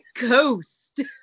ghost